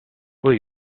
will